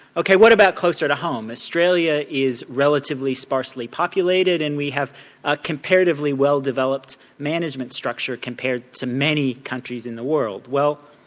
ok what about closer to home, australia is relatively sparsely populated and we have a comparatively well developed management structure compared to many countries in the world. well,